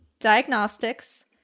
Diagnostics